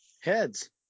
Heads